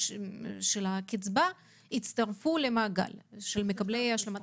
שינוי הקצבה כ-6,000 משפחות הצטרפו למעגל מקבלי הקצבה.